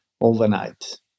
overnight